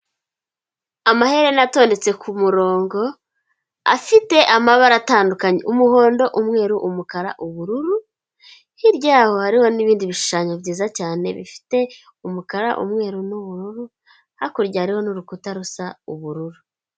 Amaherena atondetse kumurongo afite amabara atandukanye umuhondo umweru umukara ubururu hirya yaho hariho nibindi bishushanyo byiza cyane bifite umukara umweru n'ubururu hakurya ni urukuta rusa ubururu.